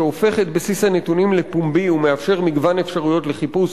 שהופך את בסיס הנתונים לפומבי ומאפשר מגוון אפשרויות לחיפוש,